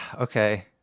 okay